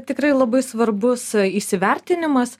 tikrai labai svarbus įsivertinimas